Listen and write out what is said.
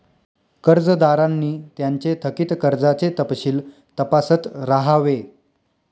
कर्जदारांनी त्यांचे थकित कर्जाचे तपशील तपासत राहावे